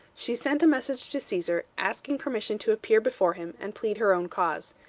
she sent a message to caesar, asking permission to appear before him and plead her own cause.